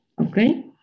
Okay